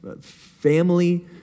family